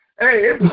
Hey